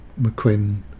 McQuinn